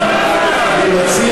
אני מציע,